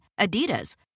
Adidas